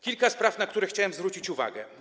Kilka spraw, na które chciałem zwrócić uwagę.